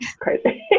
crazy